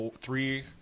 three